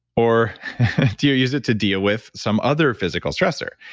or do you use it to deal with some other physical stressor?